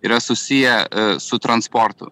yra susiję su transportu